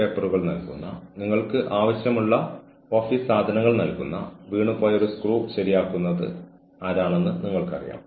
പക്ഷേ നിങ്ങൾക്ക് അസ്വസ്ഥത അനുഭവപ്പെടുന്നതിൽ ക്ഷമിക്കണം എന്നതുപോലുള്ള കാര്യങ്ങൾ നിങ്ങൾക്ക് പറയാം